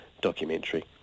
documentary